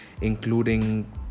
including